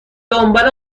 دنبال